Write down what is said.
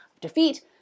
defeat